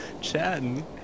chatting